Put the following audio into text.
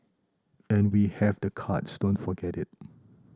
and we have the cards don't forget it